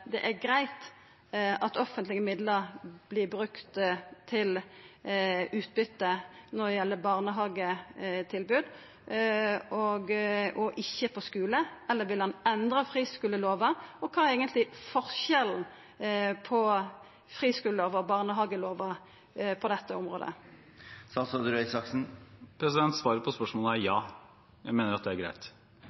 det er greitt at offentlege midlar vert brukte til utbyte når det gjeld barnehagetilbod og ikkje på skule, eller vil han endra friskulelova? Og kva er eigentleg forskjellen på friskulelova og barnehagelova på dette området? Svaret på spørsmålet er ja, vi mener at det er